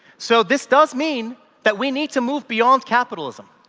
so this does mean that we need to move beyond capitalism.